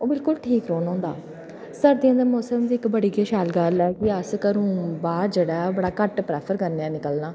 ओह् बिल्कुल ठीक रौह्ना होंदा सर्दियें दे मौसम दी इक बड़ी गै शैल गल्ल ऐ कि अस घरै बाह्र जेह्ड़ा ओह् बड़ा घट्ट प्रैफर करने आं निकलना